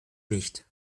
nicht